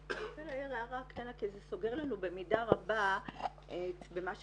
רציתי רק להעיר הערה קטנה כי זה סוגר לנו במידה רבה את במה שפתחנו.